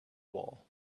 wall